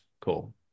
cool